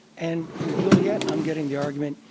and from juliette i'm getting the argument,